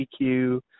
EQ